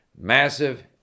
massive